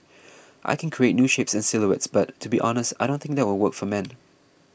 I can create new shapes and silhouettes but to be honest I don't think that will work for men